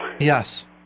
Yes